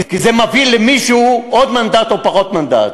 כי זה מביא למישהו עוד מנדט או פחות מנדט.